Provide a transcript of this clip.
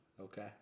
okay